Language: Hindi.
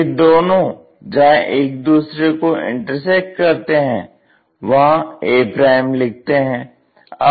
ये दोनों जहां एक दूसरे को इंटरसेक्ट करते हैं वहां a लिखते हैं